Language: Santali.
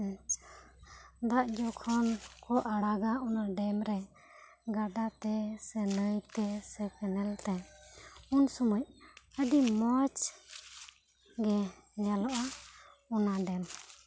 ᱫᱟᱜ ᱡᱚᱠᱷᱚᱱ ᱠᱚ ᱟᱲᱟᱜᱟ ᱚᱱᱟ ᱰᱮᱢ ᱨᱮ ᱜᱟᱰᱟ ᱛᱮ ᱥᱮ ᱱᱟᱹᱭ ᱛᱮ ᱥᱮ ᱠᱮᱱᱮᱞ ᱛᱮ ᱩᱱ ᱥᱚᱢᱚᱭ ᱟᱹᱰᱤ ᱢᱚᱡᱽ ᱜᱮ ᱧᱮᱞᱚᱜ ᱟ ᱚᱱᱟ ᱰᱮᱢ